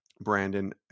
Brandon